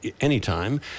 anytime